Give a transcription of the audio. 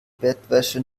bettwäsche